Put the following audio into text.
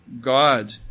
God